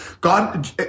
God